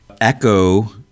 Echo